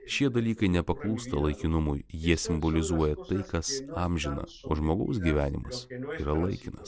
šie dalykai nepaklūsta laikinumui jie simbolizuoja tai kas amžina o žmogaus gyvenimas yra laikinas